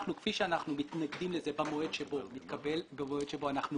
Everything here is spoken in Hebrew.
כפי שאנחנו מתנגדים לזה במועד שבו מתקבל,